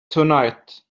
tonight